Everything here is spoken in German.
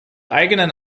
eigenen